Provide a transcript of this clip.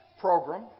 program